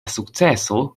sukceso